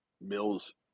Mills